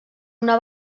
una